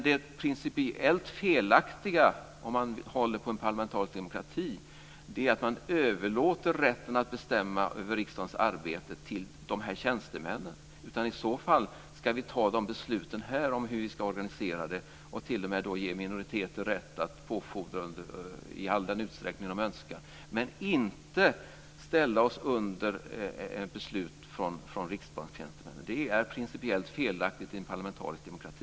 Det principiellt felaktiga om man håller på en parlamentarisk demokrati är att man överlåter rätten att bestämma över riksdagens arbete till de här tjänstemännen. I så fall ska vi fatta besluten om hur vi ska organisera detta här - och t.o.m. ge minoriteter rätt att påfordra i all den utsträckning de önskar. Men vi ska inte ställa oss under beslut från Riksbankens tjänstemän. Det är principiellt felaktigt i en parlamentarisk demokrati.